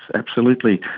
absolutely.